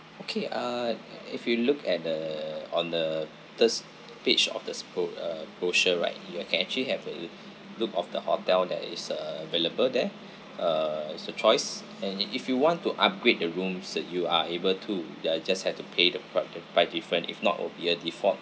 okay uh i~ if you look at the on the third page of the spo~ uh brochure right you can actually have a look of the hotel that is uh available there uh is a choice and i~ if you want to upgrade the rooms that you are able to then you just had to pay the by the by different if not it will be a default